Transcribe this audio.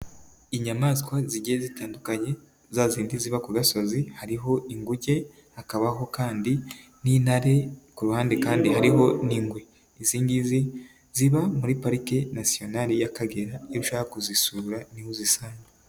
Inyamaswa zigiye zitandukanye za zindi ziba ku gasozi, hariho inguge, hakabaho kandi n'intare, ku ruhande kandi hariho n'ingwe, izi ngizi ziba muri Pariki National y'Akagera niba ushaka kuzisura ni ho uzisanga.